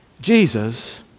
Jesus